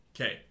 Okay